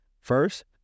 First